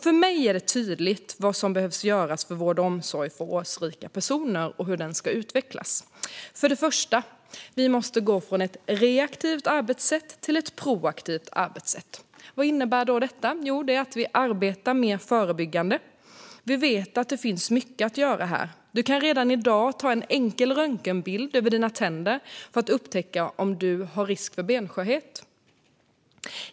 För mig är det tydligt vad som behöver göras när det gäller utvecklingen av vård och omsorg för årsrika personer. För det första: Vi måste gå från ett reaktivt arbetssätt till ett proaktivt arbetssätt. Vad innebär det? Jo, det innebär att vi ska arbeta mer förebyggande. Vi vet att det finns mycket att göra här. Man kan redan i dag ta en enkel röntgenbild av sina tänder för att upptäcka om man har risk för benskörhet.